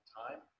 time